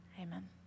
Amen